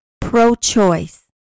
pro-choice